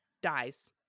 dies